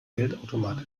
geldautomat